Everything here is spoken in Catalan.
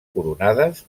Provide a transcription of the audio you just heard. coronades